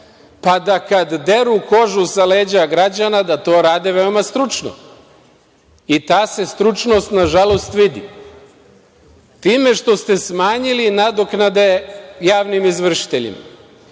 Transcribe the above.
pa da kad deru kožu sa leđa građana, da to rade veoma stručno i ta se stručnost, nažalost, vidi. Time što ste smanjili nadoknade javnim izvršiteljima